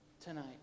tonight